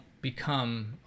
become